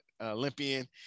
Olympian